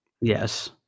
Yes